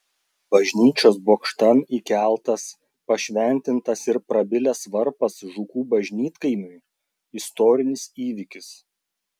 bažnyčios bokštan įkeltas pašventintas ir prabilęs varpas žukų bažnytkaimiui istorinis įvykis